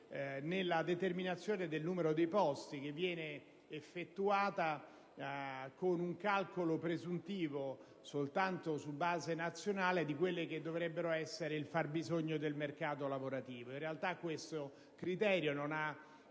nella determinazione del numero dei posti, che viene effettuata con un calcolo presuntivo, soltanto su base nazionale, di quello che dovrebbe essere il fabbisogno del mercato lavorativo. In realtà questo criterio non ha